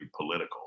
political